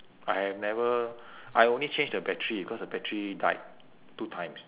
I have never I only change the battery because the battery died two times